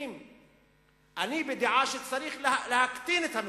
אני בדעה שצריך להקטין את המספר,